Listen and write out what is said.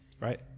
Right